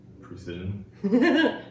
Precision